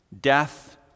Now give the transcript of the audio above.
death